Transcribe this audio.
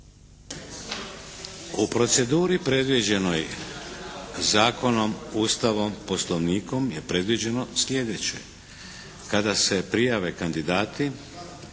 U proceduri predviđenoj zakonom, Ustavom, Poslovnikom je predviđeno slijedeće, kada se prijave kandidati